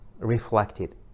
reflected